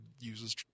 uses